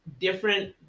different